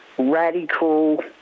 Radical